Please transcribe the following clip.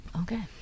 Okay